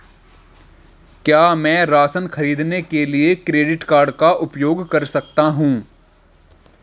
क्या मैं राशन खरीदने के लिए क्रेडिट कार्ड का उपयोग कर सकता हूँ?